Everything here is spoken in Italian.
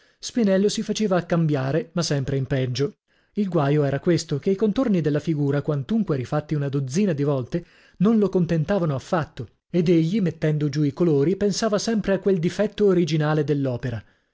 spinello si faceva a cambiare ma sempre in peggio il guaio era questo che i contorni della figura quantunque rifatti una dozzina di volte non lo contentavano affatto ed egli mettendo giù i colori pensava sempre a quel difetto originale dell'opera